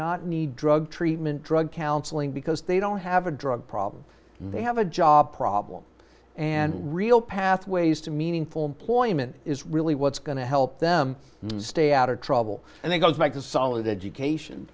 not need drug treatment drug counseling because they don't have a drug problem they have a job problem and real pathways to meaningful employment is really what's going to help them stay out of trouble and they go back to solid education